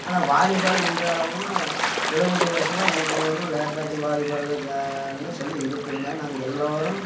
ஆனால் வாலிபால் இன்றளவும் எழுபது வருடமா மூக்கனூரில் நேதாஜி வாலிபால்னு சொல்லி இருக்குதுங்க நாங்கள் எல்லோரும்